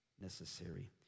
necessary